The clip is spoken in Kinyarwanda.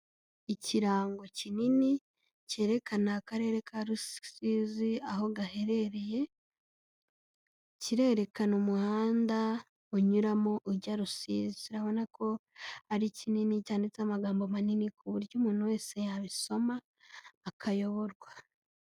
Ikirango kinini cyerekana akarere ka Rusizi aho gaherereye, kirerekana umuhanda unyuramo ujya Rusizi. Urabona ko ari kinini, cyanditseho amagambo manini ku buryo umuntu wese yabisoma akayoborwa.